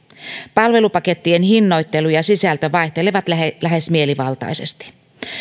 palvelupakettien hinnoittelu ja sisältö vaihtelevat lähes lähes mielivaltaisesti